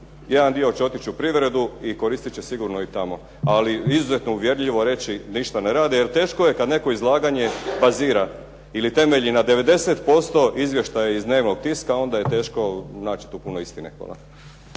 Jedan dio će otići u privredu i koristit će sigurno i tamo. Ali izuzetno je uvjerljivo reći ništa ne rade, jer teško je kad netko izlaganje bazira ili temelji na 90% izvještaja iz dnevnog tiska, onda je teško naći tu puno istine. Hvala.